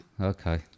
Okay